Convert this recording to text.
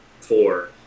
four